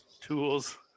tools